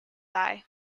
eye